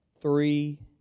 three